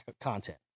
content